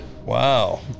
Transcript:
Wow